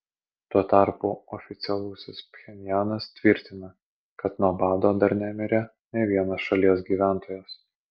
tuo tarpu oficialusis pchenjanas tvirtina kad nuo bado dar nemirė nė vienas šalies gyventojas